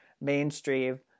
mainstream